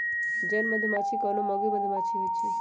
जन मधूमाछि कोनो मौगि मधुमाछि होइ छइ